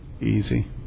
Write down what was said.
easy